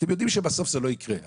כשאתם יודעים שבסוף זה לא יקרה.